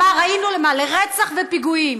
ראינו למה, לרצח ופיגועים.